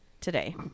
today